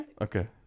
Okay